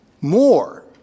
more